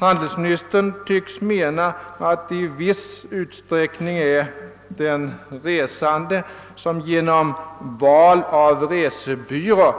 Handelsministern tycks mena att det i viss utsträckning är den resande själv som genom sitt val av resebyrå